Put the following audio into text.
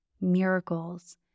miracles